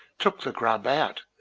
took the grub out,